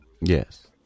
Yes